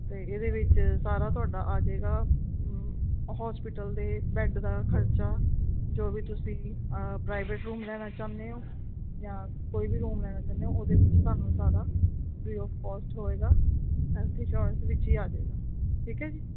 ਅਤੇ ਇਹਦੇ ਵਿੱਚ ਸਾਰਾ ਤੁਹਾਡਾ ਆ ਜਾਏਗਾ ਹੋਸਪਿਟਲ ਦੇ ਬੈਡ ਦਾ ਖਰਚਾ ਜੋ ਵੀ ਤੁਸੀਂ ਪ੍ਰਾਈਵੇਟ ਰੂਮ ਲੈਣਾ ਚਾਹੁੰਦੇ ਹੋ ਜਾਂ ਕੋਈ ਵੀ ਰੂਮ ਲੈਣਾ ਚਾਹੁੰਦੇ ਹੋ ਉਹਦੇ ਵਿੱਚ ਤੁਹਾਨੂੰ ਸਾਰਾ ਫ੍ਰੀ ਔਫ ਕੋਸਟ ਹੋਏਗਾ ਹੈਲਥ ਇੰਸ਼ੋਰੈਂਸ ਵਿੱਚ ਹੀ ਸਾਰਾ ਆ ਜੇਗਾ ਠੀਕ ਹੈ ਜੀ